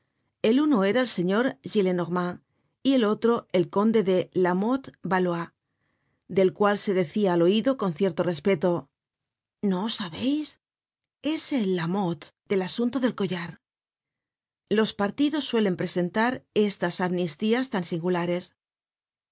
el uno era el señor gillenormand y el otro el conde de lamothe valois del cual se decia al oido con cierto respeto no sa béis es el lamothe del asunto del collar los partidos suelen presentar estas amnistías tan singulares